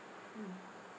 mm